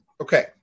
okay